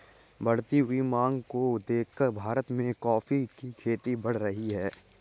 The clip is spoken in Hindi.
बढ़ती हुई मांग को देखकर भारत में कॉफी की खेती बढ़ रही है